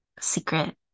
secret